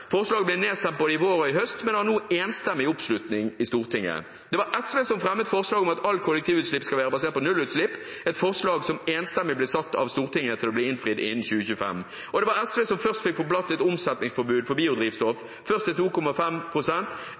Forslaget ble nedstemt både i vår og i høst, men har nå enstemmig oppslutning i Stortinget. Det var SV som fremmet forslaget om at alle kollektivutslipp skal være basert på nullutslipp, et forslag som enstemmig ble satt av Stortinget til å bli innfridd innen 2025. Det var SV som først fikk på plass et omsetningspåbud for biodrivstoff,